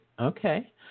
Okay